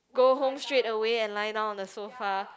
go home straight away and lie down on the sofa